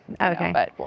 Okay